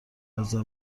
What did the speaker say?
نظر